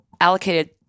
allocated